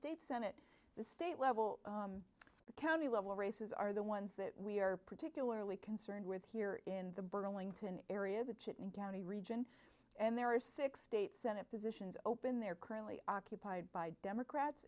state senate the state level the county level races are the ones that we are particularly concerned with here in the burlington area the chit and county region and there are six state senate positions open there currently occupied by democrats